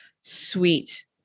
Sweet